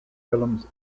films